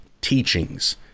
teachings